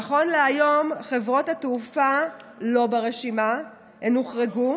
נכון להיום חברות התעופה לא ברשימה, הן הוחרגו,